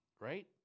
Right